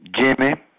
Jimmy